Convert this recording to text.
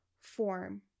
form